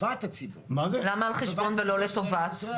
למה על חשבון ולא לטובת?